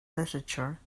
literature